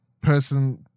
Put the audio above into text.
person